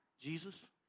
Jesus